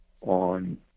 on